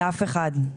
לאף אחד.